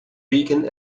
beacon